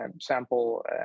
sample